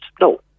No